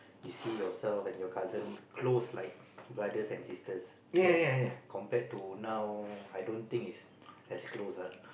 you see yourself and your cousin close like brother and sisters K compared to now I don't think is as close ah